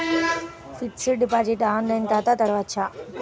Fixed deposit online ఖాతా తెరువవచ్చా?